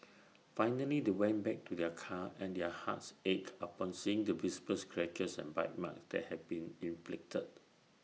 finally they went back to their car and their hearts ached upon seeing the visible scratches and bite marks that had been inflicted